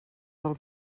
del